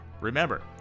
Remember